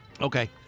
Okay